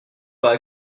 pas